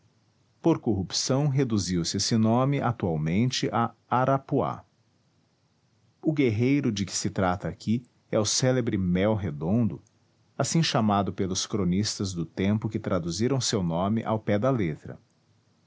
por corrupção reduziu-se esse nome atualmente a arapuá o guerreiro de que se trata aqui é o célebre mel redondo assim chamado pelos cronistas do tempo que traduziram seu nome ao pé da letra